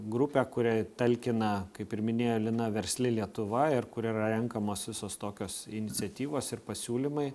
grupę kuriai talkina kaip ir minėjo lina versli lietuva ir kur yra renkamos visos tokios iniciatyvos ir pasiūlymai